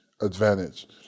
advantage